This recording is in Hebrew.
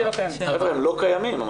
חבר'ה, לא קיימים.